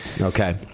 Okay